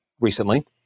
recently